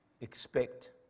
Expect